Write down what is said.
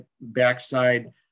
backside